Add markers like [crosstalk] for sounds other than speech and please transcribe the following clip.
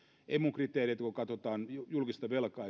emun kriteereitä kun katsotaan esimerkiksi julkista velkaa [unintelligible]